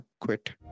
quit